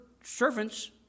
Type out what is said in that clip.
servants